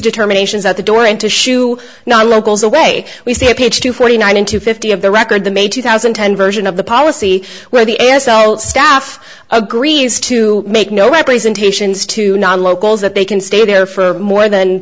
determinations out the door and to shoo non locals away we say page two forty nine to fifty of the record the may two thousand and ten version of the policy where the s l staff agree is to make no representations to non locals that they can stay there for more than